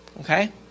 Okay